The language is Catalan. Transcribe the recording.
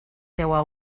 teua